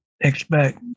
expect